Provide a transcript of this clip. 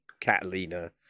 Catalina